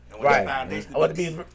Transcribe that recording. Right